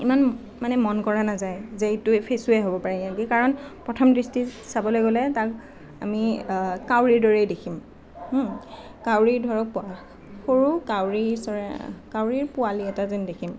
ইমান মানে মন কৰা নাযায় যে এইটো ফেচুৱেই হ'ব পাৰে কাৰণ প্ৰথম দৃষ্টিত চাবলৈ গ'লে তাক আমি কাউৰীৰ দৰেই দেখিম কাউৰী ধৰক সৰু কাউৰী চৰাইৰ কাউৰী পোৱালি এটা যেন দেখিম